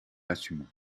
l’assumons